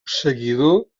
seguidor